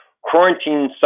Quarantine